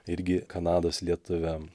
irgi kanados lietuviam